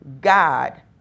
God